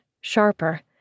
sharper